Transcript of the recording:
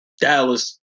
Dallas